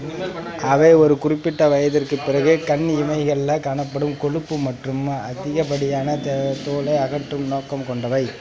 அவை ஒரு குறிப்பிட்ட வயதிற்குப் பிறகு கண் இமைகளில் காணப்படும் கொழுப்பு மற்றும் அதிகப்படியான தோ தோலை அகற்றும் நோக்கம் கொண்டவை